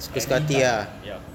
anytime ya